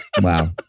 Wow